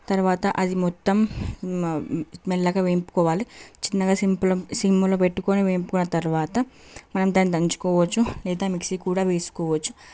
తర్వాత అది మొత్తం మెల్లగా వేయించుకోవాలి చిన్నగా సింప్ సిమ్లో పెట్టుకొని నింపుకున్న తర్వాత దంచుకోవచ్చు లేదా మిక్సీకి కూడా వేసుకోవచ్చు